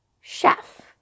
chef